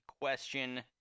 question